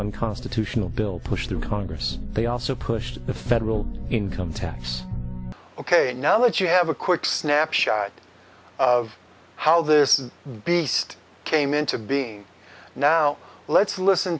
unconstitutional bill pushed through congress they also pushed the federal income tax ok now let you have a quick snapshot of how this based came into being now let's listen